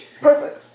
Perfect